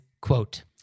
quote